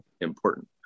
important